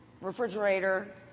refrigerator